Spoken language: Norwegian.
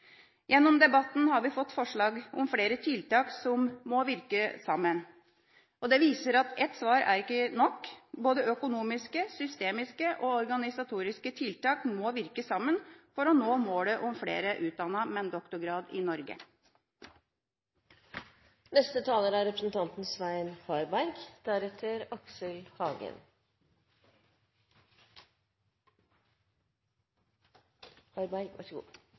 Gjennom debatten har vi fått forslag om flere tiltak som må virke sammen, og det viser at ett svar ikke er nok. Både økonomiske, systemiske og organisatoriske tiltak må virke sammen for å nå målet om flere utdannede med doktorgrad i Norge.